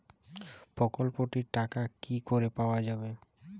প্রকল্পটি র টাকা কি করে পাওয়া যাবে?